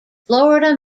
florida